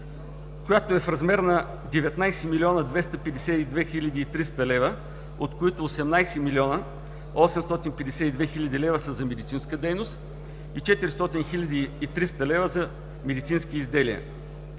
която е в размер на 19 млн. 252 хил. 300 лв., от които 18 млн. 852 хил. лв. са за медицинска дейност и 400 хил. 300 лв. за медицински изделия.